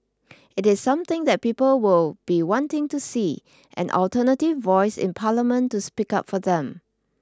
it is something that people will be wanting to see an alternative voice in Parliament to speak up for them